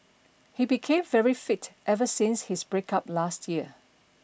he became very fit ever since his breakup last year